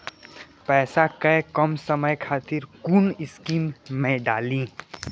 पैसा कै कम समय खातिर कुन स्कीम मैं डाली?